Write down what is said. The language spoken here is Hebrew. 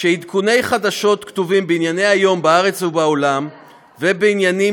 שעדכוני חדשות כתובים בענייני היום בארץ ובעולם ובעניינים